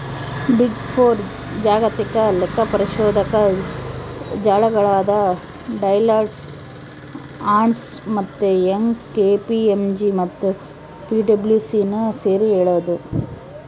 big four ಜಾಗತಿಕ ಲೆಕ್ಕಪರಿಶೋಧಕ ಜಾಲಗಳಾದ ಡೆಲಾಯ್ಟ್, ಅರ್ನ್ಸ್ಟ್ ಮತ್ತೆ ಯಂಗ್, ಕೆ.ಪಿ.ಎಂ.ಜಿ ಮತ್ತು ಪಿಡಬ್ಲ್ಯೂಸಿನ ಸೇರಿ ಹೇಳದು